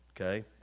okay